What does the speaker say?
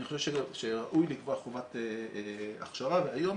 אני חושב שראוי לקבוע חובת הכשרה והיום,